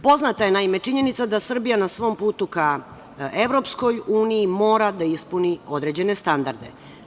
Poznata je činjenica da Srbija na svom putu ka EU mora da ispuni određene standarde.